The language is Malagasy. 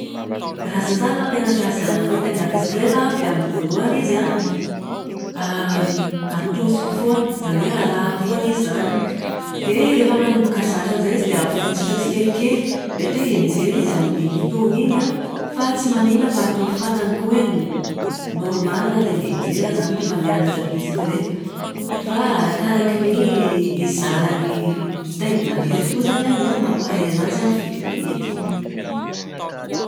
Raha izaho izany no mampianatra ny zanako hitaingina bisikileta, dia amin'ny voalohany izy an, atosiko foana. Izany hoe arahako foana izy izany. Dia rehefa manomboka zatra amin'izay izy dia avotsitra tsikelikely. Mety hoe hianjera izy amin'iny fotoana iny an, fa tsy maninona fa atao fantany koa hoe m- normal ilay mianjera rehefa mianatra bisikileta. Fa arakaraky ny izarany mitaingana irery koa izany an no mampahay anazy veitvety.